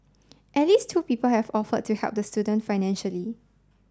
at least two people have offered to help the student financially